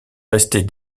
restée